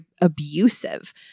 abusive